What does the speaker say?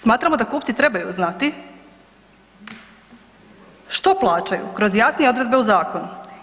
Smatramo da kupci trebaju znati što plaćaju kroz jasnije odredbe u zakonu.